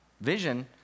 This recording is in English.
vision